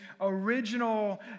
original